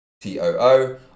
T-O-O